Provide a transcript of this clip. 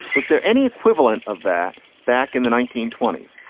was there any equivalent of that back in the nineteen twenty s?